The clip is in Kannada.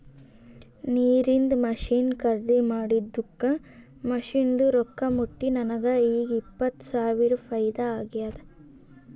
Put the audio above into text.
ನೀರಿಂದ್ ಮಷಿನ್ ಖರ್ದಿ ಮಾಡಿದ್ದುಕ್ ಮಷಿನ್ದು ರೊಕ್ಕಾ ಮುಟ್ಟಿ ನನಗ ಈಗ್ ಇಪ್ಪತ್ ಸಾವಿರ ಫೈದಾ ಆಗ್ಯಾದ್